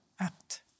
act